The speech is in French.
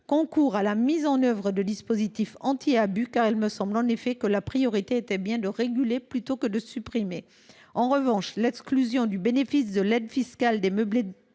concourent à la mise en œuvre de dispositifs anti abus. Il me semble en effet que la priorité est de réguler plutôt que de supprimer. En revanche, l’exclusion du bénéfice de l’aide fiscale des meublés